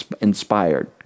inspired